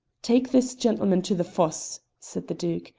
take this gentleman to the fosse, said the duke,